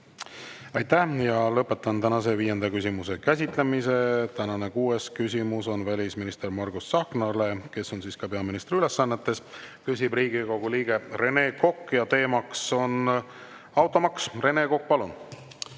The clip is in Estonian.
Aitäh! Lõpetan viienda küsimuse käsitlemise. Kuues küsimus on välisminister Margus Tsahknale, kes on peaministri ülesannetes. Küsib Riigikogu liige Rene Kokk ja teema on automaks. Rene Kokk, palun!